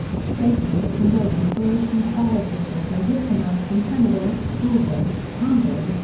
statements of condolence were issued by officials and diplomats from canada, georgia, hungary,